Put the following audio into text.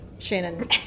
shannon